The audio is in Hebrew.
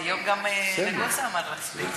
היום גם נגוסה קרא לה סבטה.